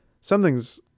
something's